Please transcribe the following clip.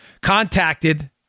contacted